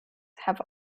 have